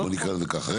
בוא נקרא לזה ככה.